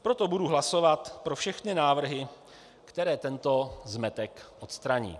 Proto budu hlasovat pro všechny návrhy, které tento zmetek odstraní.